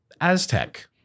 Aztec